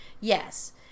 yes